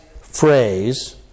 phrase